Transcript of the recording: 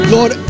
Lord